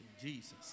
Jesus